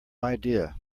idea